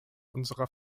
unserer